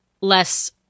less